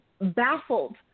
baffled